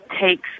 takes